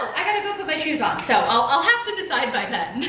i got to go put my shoes on. so i'll, i'll have to decide by then.